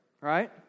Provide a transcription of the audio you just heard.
right